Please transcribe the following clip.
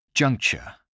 Juncture